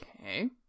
Okay